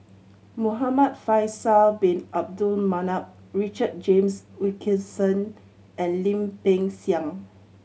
Muhamad Faisal Bin Abdul Manap Richard James Wilkinson and Lim Peng Siang